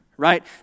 right